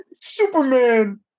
Superman